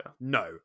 no